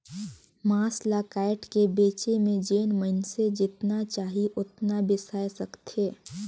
मांस ल कायट के बेचे में जेन मइनसे जेतना चाही ओतना बेसाय सकथे